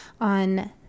on